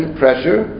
pressure